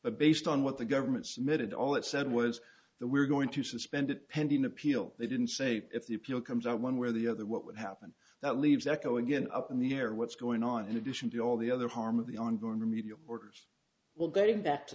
but based on what the government submitted all it said was that we're going to suspend it pending appeal they didn't say if the appeal comes out one where the other what would happen that leaves echo again up in the air what's going on in addition to all the other harm of the ongoing remedial orders well getting back to